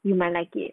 you might like it